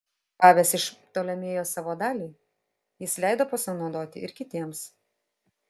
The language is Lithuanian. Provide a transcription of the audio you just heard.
gavęs iš ptolemėjo savo dalį jis leido pasinaudoti ir kitiems